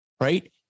Right